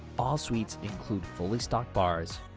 all suites include fully stocked bars,